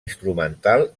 instrumental